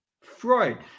Freud